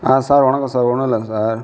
sir வணக்கம் sir ஒன்றும் இல்லைங்க சார்